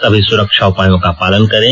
सभी सुरक्षा उपायों का पालन करें